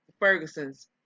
Ferguson's